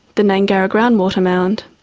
the gnangara groundwater mound.